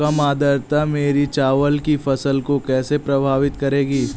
कम आर्द्रता मेरी चावल की फसल को कैसे प्रभावित करेगी?